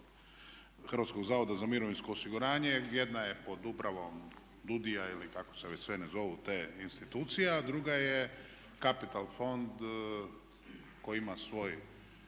mirovinskog fonda, dobro HZMO-a, jedna je pod upravom DUDI-a ili kako se već sve ne zovu te institucije a druga je Capital fond koji ima svoju